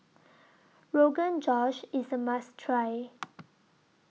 Rogan Josh IS A must Try